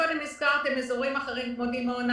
קודם הזכרתם אזורים אחרים כמו דימונה,